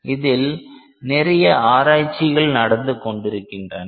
இதில் நிறைய ஆராய்ச்சிகள் நடந்து கொண்டிருக்கின்றன